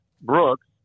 Brooks